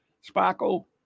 sparkle